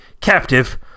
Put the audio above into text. captive